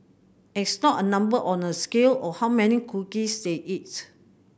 it's not a number on a scale or how many cookies they eat